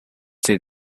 see